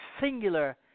singular